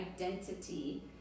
identity